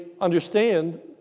understand